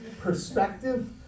Perspective